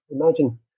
Imagine